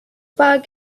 park